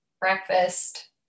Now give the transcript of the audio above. breakfast